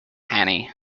hannay